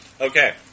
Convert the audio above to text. Okay